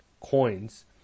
Coins